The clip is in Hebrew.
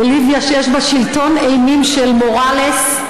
בוליביה, שיש בה שלטון אימים של מוראלס,